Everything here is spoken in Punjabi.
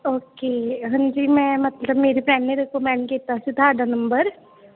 ਓਕੇ ਹਾਂਜੀ ਮੈਂ ਮਤਲਬ ਮੇਰੇ ਫਰੈਂਡ ਨੇ ਰਿਕਮੈਂਡ ਕੀਤਾ ਸੀ ਤੁਹਾਡਾ ਨੰਬਰ